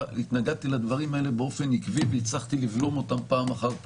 התנגדתי לדברים האלה באופן עקבי והצלחתי לבלום אותם פעם אחר פעם.